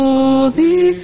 Holy